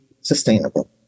sustainable